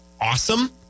awesome